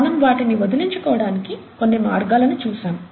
మనము వాటిని వదిలించుకోవడానికి కొన్ని మార్గాలను చూశాము